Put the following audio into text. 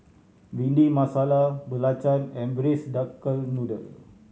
Bhindi Masala belacan and Braised Duck Noodle